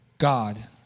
God